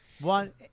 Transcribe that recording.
One